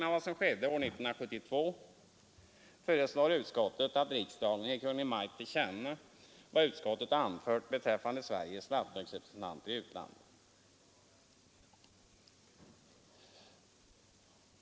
Liksom år 1972 föreslår utskottet att riksdagen ger Kungl. Maj:t till känna vad utskottet anfört beträffande Sveriges lantbruksrepresentanter i utlandet.